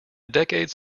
decades